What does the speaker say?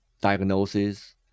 diagnosis